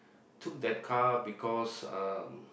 took that car because um